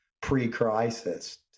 pre-crisis